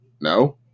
No